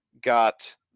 got